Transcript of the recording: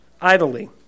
idly